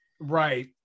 Right